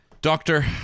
Doctor